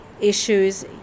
issues